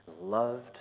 loved